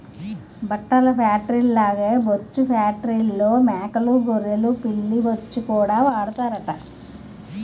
బట్టల ఫేట్రీల్లాగే బొచ్చు ఫేట్రీల్లో మేకలూ గొర్రెలు పిల్లి బొచ్చుకూడా వాడతారట